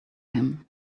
him